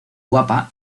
guapa